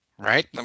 Right